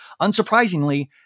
Unsurprisingly